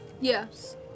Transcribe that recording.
Yes